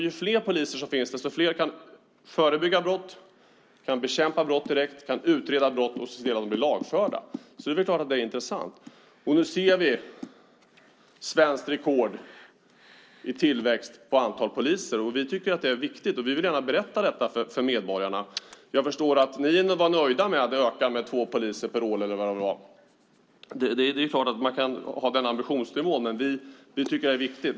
Ju fler poliser det finns, desto fler är det som kan förebygga brott, bekämpa brott direkt, utreda brott och se till att de som begår brott blir lagförda. Det är klart att det är intressant. Nu ser vi svenskt rekord i tillväxt när det gäller antalet poliser. Vi tycker att det är viktigt, och vi vill gärna berätta detta för medborgarna. Jag förstår att ni var nöjda med att antalet poliser ökade med två per år eller hur många det var. Det är klart att man kan ha den ambitionsnivån. Men vi tycker att detta är viktigt.